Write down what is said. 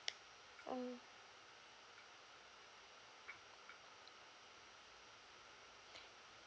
mm